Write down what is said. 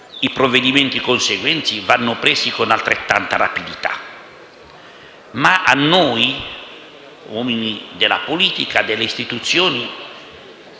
i provvedimenti conseguenti andranno presi con altrettanta rapidità, ma noi, uomini della politica e delle istituzioni,